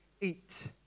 eat